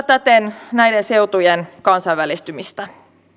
täten näiden seutujen kansainvälistymistä